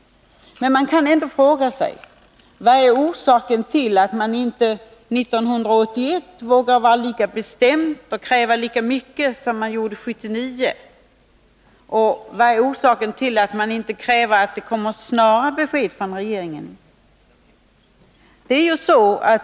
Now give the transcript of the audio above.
Men man kan ändå fråga sig: Vad är orsaken till att utskottsmajoriteten inte 1981 vågar vara lika bestämd och kräva lika mycket som 1979? Och vad är orsaken till att utskottet inte kräver snara besked från regeringen?